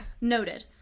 Noted